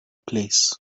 place